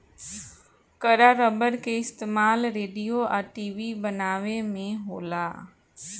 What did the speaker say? कड़ा रबड़ के इस्तमाल रेडिओ आ टी.वी बनावे में होला